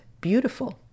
beautiful